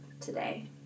today